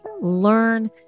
learn